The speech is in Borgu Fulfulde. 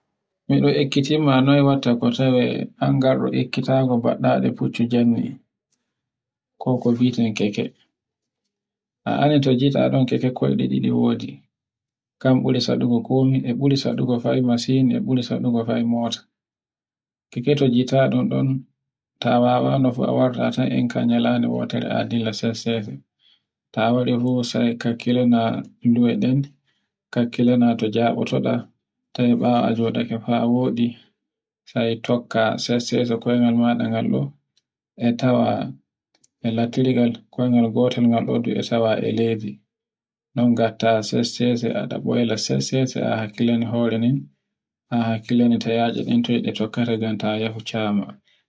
miɗon ikkitinma noyn watta ko tawe an warɗo ekkitaku baɗɗaɗo fuccu jamu, ko ko mbieten keke, a anndi ko jitta keke hanu koyɗe ɗiɗi wodi, kam burugo saɗugo komi e buru saɗugo faa mota. Ta wawano fa a war na kan nyalande wotore a dilla sese-sese. Ta warifu sai kakkilana to njabotota, toy bawo a jodake faa a woɗi. sai tokka fa sese-sese koyngal maɗa ngal ɗon, e tawa e latirgal koyngal gotal e sawa e leydi. non gatta e sese-sese a don wayla sese-sese a hakkilana horenden, a hakkkilana tayaje ɗen toy takkota, ngam ta yehu cama.